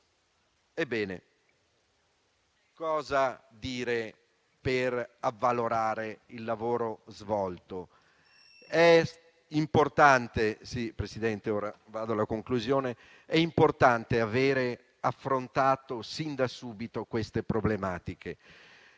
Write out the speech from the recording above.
a te, cosa dire per avvalorare il lavoro svolto? È importante aver affrontato sin da subito queste problematiche